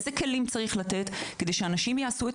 אילו כלים צריך לתת כדי שאנשים יעשו את